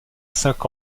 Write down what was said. cinq